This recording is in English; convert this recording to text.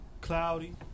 cloudy